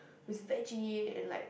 with veggie and like